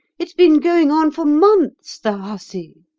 it's been going on for months, the hussy